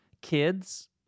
kids